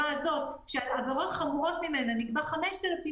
לא פעל בהתאם להוראת המנהל לתיקון10,000